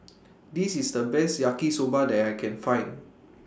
This IS The Best Yaki Soba that I Can Find